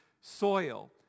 soil